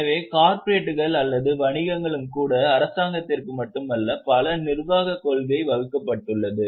எனவே கார்ப்பரேட்டுகள் அல்லது வணிகங்களுக்கு கூட அரசாங்கத்திற்கு மட்டுமல்ல பல நிர்வாகக் கொள்கை வகுக்கப்பட்டுள்ளது